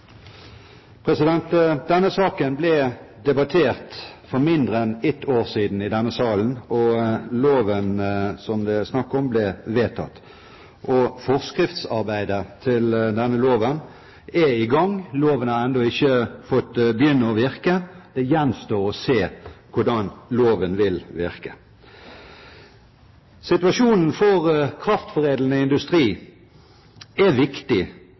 vedtatt. Denne saken ble debattert for mindre enn ett år siden i denne salen, og loven som det er snakk om, ble vedtatt. Forskriftsarbeidet til denne loven er i gang. Loven har ennå ikke fått begynne å virke. Det gjenstår å se hvordan loven vil virke. Situasjonen for kraftforedlende industri er viktig